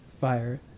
fire